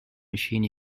machine